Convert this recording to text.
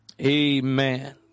amen